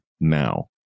now